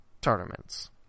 tournaments